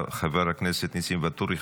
חבר הכנסת ניסים ואטורי,